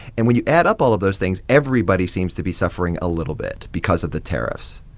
and when you add up all of those things, everybody seems to be suffering a little bit because of the tariffs.